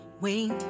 wait